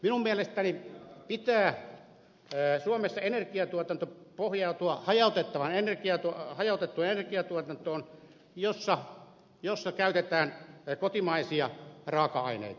minun mielestäni suomessa energiantuotannon pitää pohjautua hajautettua energia tuhoa hajautettu energiatuotanto hajautettuun energiantuotantoon jossa käytetään kotimaisia raaka aineita